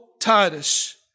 Titus